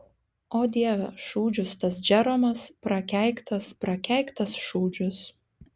o dieve šūdžius tas džeromas prakeiktas prakeiktas šūdžius